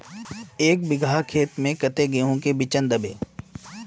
एक बिगहा खेत में कते गेहूम के बिचन दबे?